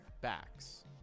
backs